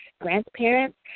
grandparents